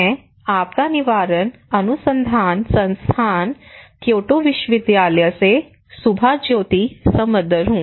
मैं आपदा निवारण अनुसंधान संस्थान क्योटो विश्वविद्यालय से सुभाज्योति समदर हूं